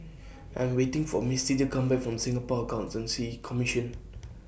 I'm waiting For Misti to Come Back from Singapore Accountancy Commission